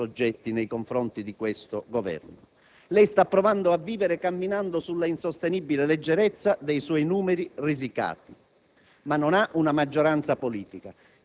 da frange della sinistra e da altri soggetti, nei confronti di questi questo Governo. Lei sta provando a vivere camminando sull'insostenibile leggerezza dei suoi numeri risicati,